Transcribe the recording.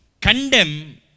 Condemn